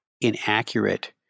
inaccurate